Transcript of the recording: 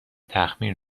تخمیر